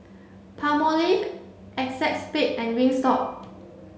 Palmolive ACEXSPADE and Wingstop